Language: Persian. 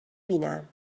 بینم